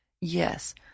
Yes